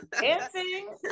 dancing